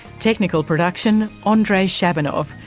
technical production ah andrei shabunov.